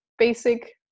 basic